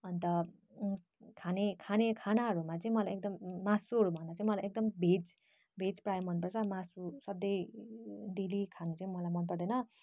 अन्त खाने खाने खानाहरूमा चाहिँ मलाई एकदम मासुहरूभन्दा चाहिँ मलाई एकदम भेज भेज प्रायः मनपर्छ अन्त मासु सधैँ डेली खानु चाहिँ मलाई मनपर्दैन